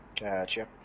Gotcha